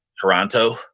Toronto